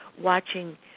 watching